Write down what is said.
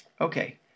Okay